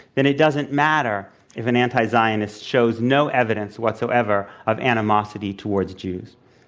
then it doesn't matter if an anti-zionist shows no evidence whatsoever of animosity towards jews.